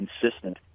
consistent